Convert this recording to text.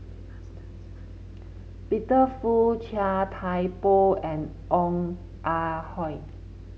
Peter Fu Chia Thye Poh and Ong Ah Hoi